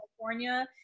California